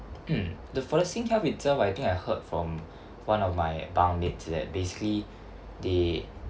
mm the for the singlife itself I think I heard from one of my bunkmates that basically they